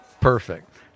Perfect